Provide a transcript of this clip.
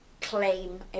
claim